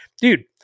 dude